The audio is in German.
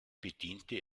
bediente